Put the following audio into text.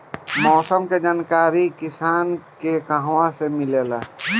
मौसम के जानकारी किसान के कहवा से मिलेला?